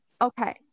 okay